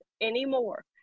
anymore